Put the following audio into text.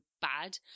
bad